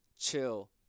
chill